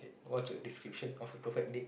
what's your description of a perfect date